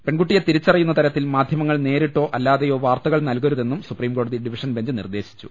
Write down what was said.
പെൺകുട്ടിയെ തിരിച്ചറിയുന്ന തരത്തിൽ മാധ്യമ ങ്ങൾ നേരിട്ടോ അല്ലാതെയോ വാർത്തകൾ നൽകരുതെന്നും സുപ്രീംകോടതി ഡിവിഷൻ ബെഞ്ച് നിർദേശിച്ചു